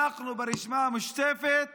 אנחנו ברשימה המשותפת